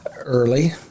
Early